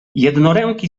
jednoręki